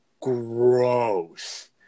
gross